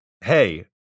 Hey